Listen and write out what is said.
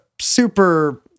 super